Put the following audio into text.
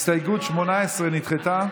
הסתייגות 18 נדחתה.